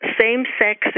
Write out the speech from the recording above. same-sex